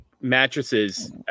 mattresses